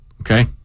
Okay